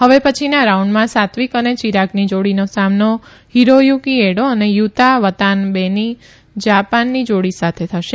હવે પછીના રાઉન્ડમાં સાત્વિક અને ચિરાગની જોડીનો સામનો હિરોયુકી એડો અને યુતા વતાનબેની જાપાની જોડી સાથે થશે